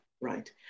right